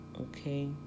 Okay